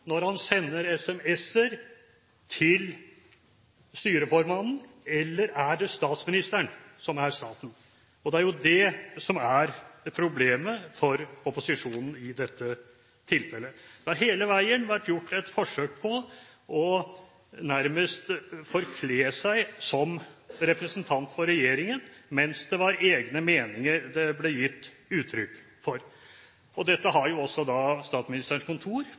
når han sender sms-er til styreformannen, eller er det statsministeren som er staten? Det er det som er problemet for opposisjonen i dette tilfellet. Det har hele veien vært gjort et forsøk på nærmest å forkle seg som representant for regjeringen, mens det var egne meninger det ble gitt uttrykk for. Dette har Statsministerens kontor på forespørsel fra styreleder karakterisert som misvisende, og jeg har